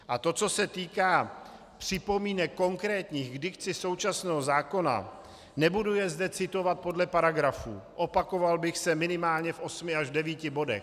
A to, co se týká připomínek konkrétních k dikci současného zákona, nebudu je zde citovat podle paragrafů, opakoval bych se minimálně v osmi až devíti bodech.